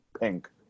pink